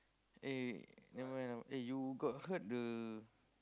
eh never mind ah you got heard the